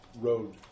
road